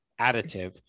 additive